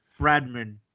Bradman